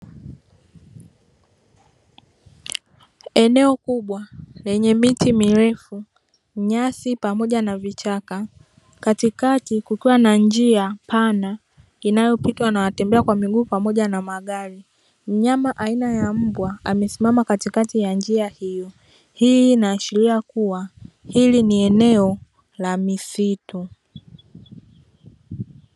Eneo kubwa lenye miti mirefu, nyasi pamoja na vichaka, katikati kukiwa na njia pana inayopitwa na watembea kwa miguu pamoja na magari, mnyama aina ya mbwa amesimama katikati ya njia hiyo. Hii inaashiria kuwa hili ni eneo la misitu.